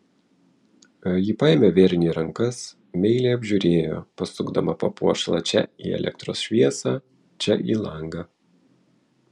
ji paėmė vėrinį į rankas meiliai apžiūrėjo pasukdama papuošalą čia į elektros šviesą čia į langą